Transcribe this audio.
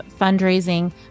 fundraising